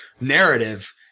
narrative